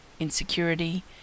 insecurity